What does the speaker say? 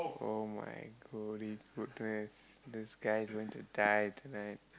oh my holy goodness this guy is going to die tonight